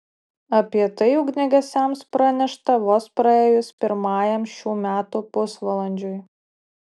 apie tai ugniagesiams pranešta vos praėjus pirmajam šių metų pusvalandžiui